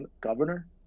governor